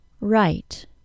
right